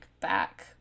back